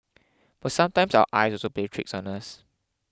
but sometimes our eyes also plays tricks on us